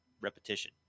Repetition